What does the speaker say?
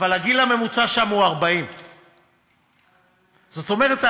אבל הגיל הממוצע שם הוא 40. זאת אומרת,